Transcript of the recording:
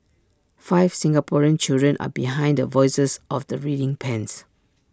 five Singaporean children are behind the voices of the reading pens